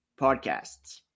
podcasts